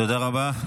תודה רבה.